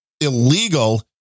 illegal